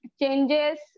changes